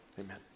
Amen